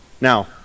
Now